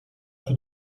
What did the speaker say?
für